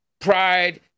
pride